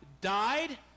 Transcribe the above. died